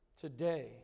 Today